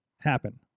happen